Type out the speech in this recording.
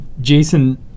Jason